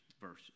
verses